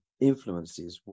influences